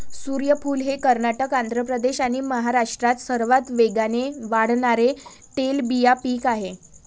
सूर्यफूल हे कर्नाटक, आंध्र प्रदेश आणि महाराष्ट्रात सर्वात वेगाने वाढणारे तेलबिया पीक आहे